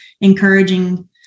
encouraging